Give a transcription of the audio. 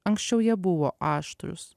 anksčiau jie buvo aštrūs